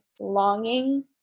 longing